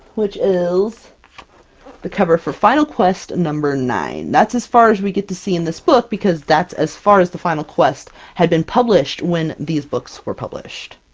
which is the cover for final quest number nine. that's as far as we get to see in this book, because that's as far as the final quest had been published when these books were published.